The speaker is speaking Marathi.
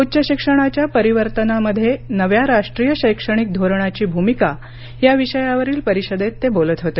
उच्च शिक्षणाच्या परीवर्तनामध्ये नव्या राष्ट्रीय शैक्षणिक धोरणाची भूमिका या विषयावरील परिषदेत ते बोलत होते